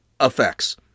effects